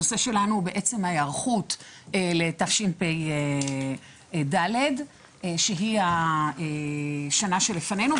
הנושא שלנו הוא בעצם ההיערכות לתשפ"ד שהיא השנה שלפנינו.